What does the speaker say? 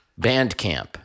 Bandcamp